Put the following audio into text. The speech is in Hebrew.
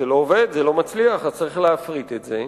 זה לא עובד, זה לא מצליח, וצריך להפריט את זה.